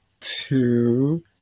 Two